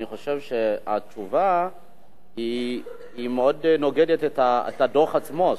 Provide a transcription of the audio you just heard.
אני חושב שהתשובה מאוד נוגדת את הדוח עצמו,